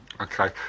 okay